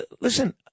listen